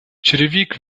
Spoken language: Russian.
черевик